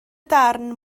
darn